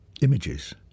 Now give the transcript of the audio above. images